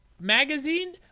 magazine